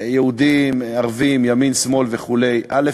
יהודים, ערבים, ימין, שמאל וכו', א.